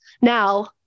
Now